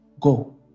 Go